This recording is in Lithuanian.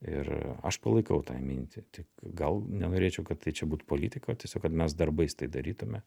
ir aš palaikau tą mintį tik gal nenorėčiau kad tai čia būtų politika o tiesiog kad mes darbais tai darytume